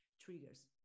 triggers